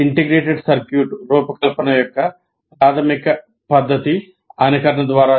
integrated circuit రూపకల్పన యొక్క ప్రాధమిక పద్ధతి అనుకరణ ద్వారా